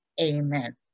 Amen